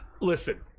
listen